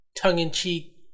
tongue-in-cheek